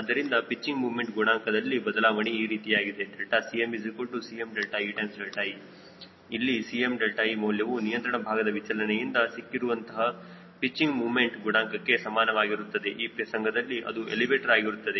ಆದ್ದರಿಂದ ಪಿಚ್ಚಿಂಗ್ ಮೂಮೆಂಟ್ಗುಣಾಂಕದಲ್ಲಿ ಬದಲಾವಣೆ ಈ ರೀತಿಯಾಗಿದೆ CmCmee ಇಲ್ಲಿ Cme ಮೌಲ್ಯವು ನಿಯಂತ್ರಣ ಭಾಗದ ವಿಚಲನೆಯಿಂದ ಸಿಕ್ಕಿರುವಂತಹ ಪಿಚ್ಚಿಂಗ್ ಮೂಮೆಂಟ್ ಗುಣಾಂಕಕ್ಕೆ ಸಮಾನವಾಗಿರುತ್ತದೆ ಈ ಪ್ರಸಂಗದಲ್ಲಿ ಅದು ಎಲಿವೇಟರ್ ಆಗಿರುತ್ತದೆ